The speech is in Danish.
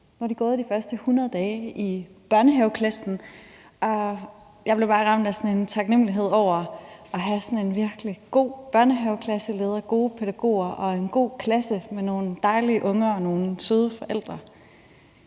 De har gået de første 100 dage i børnehaveklassen, og jeg blev bare ramt af taknemlighed over at have sådan en virkelig god børnehaveklasseleder, gode pædagoger og en god klasse med nogle dejlige unger og nogle søde forældre.